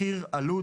מחיר, עלות.